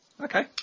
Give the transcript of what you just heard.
okay